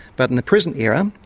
but in the prison era,